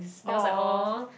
(aw)